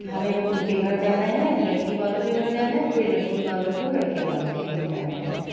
ہمیں ان کے گھر جانا ہے لڑکی والوں کے گھر جانا ہے پھر لڑکی والوں کو لڑکے والوں کے گھر جانا ہے